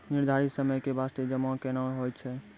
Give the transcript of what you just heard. निर्धारित समय के बास्ते जमा केना होय छै?